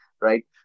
right